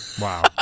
Wow